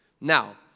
Now